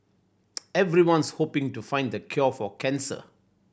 everyone's hoping to find the cure for cancer